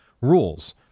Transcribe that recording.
rules